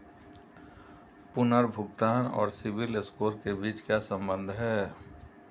पुनर्भुगतान और सिबिल स्कोर के बीच क्या संबंध है?